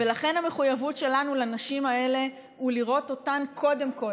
ולכן המחויבות שלנו לנשים האלה היא לראות אותן קודם כול,